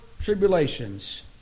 tribulations